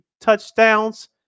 touchdowns